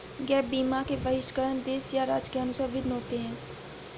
gap बीमा के बहिष्करण देश या राज्य के अनुसार भिन्न होते हैं